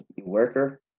worker